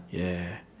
yeah